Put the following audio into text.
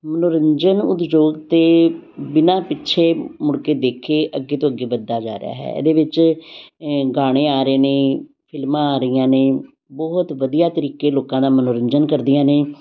ਮਨੋਰੰਜਨ ਉਦਯੋਗ ਤਾਂ ਬਿਨਾਂ ਪਿੱਛੇ ਮੁੜ ਕੇ ਦੇਖੇ ਅੱਗੇ ਤੋਂ ਅੱਗੇ ਵੱਧਦਾ ਜਾ ਰਿਹਾ ਹੈ ਇਹਦੇ ਵਿੱਚ ਗਾਣੇ ਆ ਰਹੇ ਨੇ ਫਿਲਮਾਂ ਆ ਰਹੀਆਂ ਨੇ ਬਹੁਤ ਵਧੀਆ ਤਰੀਕੇ ਲੋਕਾਂ ਦਾ ਮਨੋਰੰਜਨ ਕਰਦੀਆਂ ਨੇ